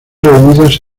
reunidas